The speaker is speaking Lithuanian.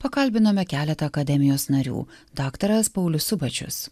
pakalbinome keletą akademijos narių daktaras paulius subačius